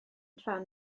rhan